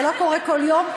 זה לא קורה כל יום,